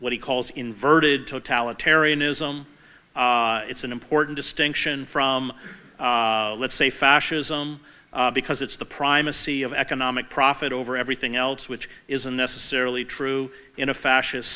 he calls inverted totalitarianism it's an important distinction from let's say fascism because it's the primacy of economic profit over everything else which isn't necessarily true in a fascist